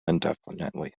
indefinitely